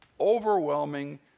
overwhelming